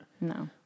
No